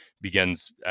begins